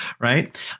right